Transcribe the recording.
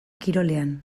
kirolean